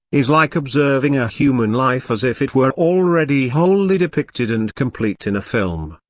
is like observing a human life as if it were already wholly depicted and complete in a film.